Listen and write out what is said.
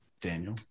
Daniel